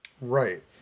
Right